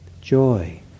joy